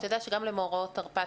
אתה יודע שגם למאורעות תרפ"ט,